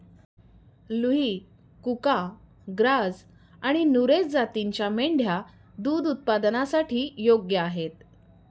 लुही, कुका, ग्राझ आणि नुरेझ जातींच्या मेंढ्या दूध उत्पादनासाठी योग्य आहेत